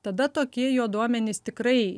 tada tokie jo duomenys tikrai